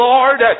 Lord